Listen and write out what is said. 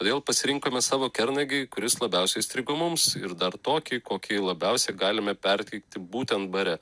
todėl pasirinkome savo kernagį kuris labiausiai įstrigo mums ir dar tokį kokį labiausiai galime perteikti būtent bare